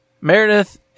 Meredith